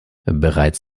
bereits